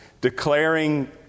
declaring